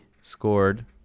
scored